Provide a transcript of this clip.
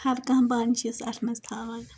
ہر کانٛہہ بانہٕ چھِ أسۍ اتھ منٛز تھاوان